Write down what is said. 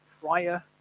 prior